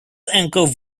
anchor